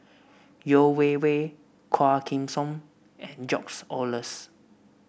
Yeo Wei Wei Quah Kim Song and George Oehlers